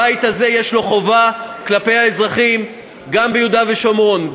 לבית הזה יש חובה כלפי האזרחים גם ביהודה ושומרון,